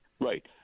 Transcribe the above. Right